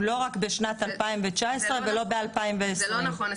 הוא לא רק בשנת 2019 ולא בשנת 2020. זה לא נכון,